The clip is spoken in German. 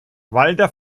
walther